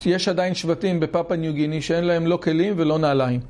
יש עדיין שבטים בפאפה גינאה החדשה שאין להם לא כלים ולא נעליים.